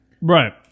Right